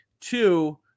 Two